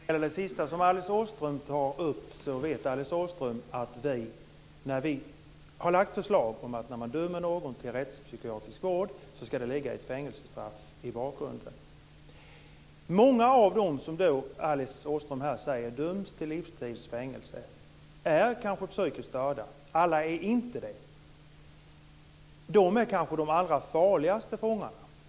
Fru talman! När det gäller det sista Alice Åström tog upp vet hon att vi har lagt fram ett förslag om att när man dömer någon till rättspsykiatrisk vård ska det ligga ett fängelsestraff i bakgrunden. Många av dem som döms till livstidsfängelse är, som Alice Åström sade, kanske psykiskt störda. Alla är inte det. De är kanske de allra farligaste fångarna.